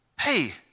Hey